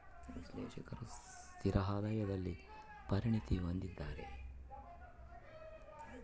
ವಿಶ್ಲೇಷಕರು ಸ್ಥಿರ ಆದಾಯದಲ್ಲಿ ಪರಿಣತಿ ಹೊಂದಿದ್ದಾರ